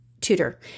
tutor